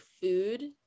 food